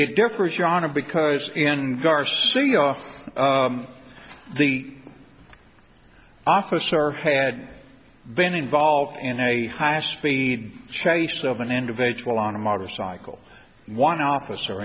it differs yana because garcia off the officer had been involved in a high speed chase of an individual on a motorcycle and one officer